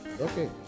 Okay